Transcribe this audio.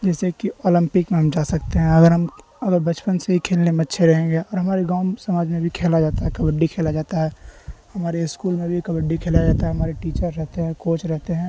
جیسے کہ اولمپک میں ہم جا سکتے ہیں اگر ہم اگر بچپن سے ہی کھیلنے میں اچھے رہیں گے اور ہمارے گاؤں سماج میں بھی کھیلا جاتا ہے کبڈی کھیلا جاتا ہے ہمارے اسکول میں بھی کبڈی کھیلا جاتا ہے ہمارے ٹیچر رہتے ہیں کوچ رہتے ہیں